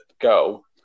go